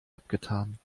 abgetan